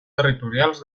territorials